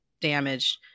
damaged